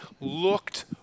looked